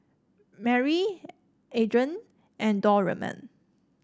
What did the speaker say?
Marry Adrianne and Dorman